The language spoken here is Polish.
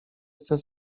chce